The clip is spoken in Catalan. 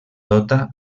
tota